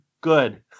good